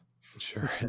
Sure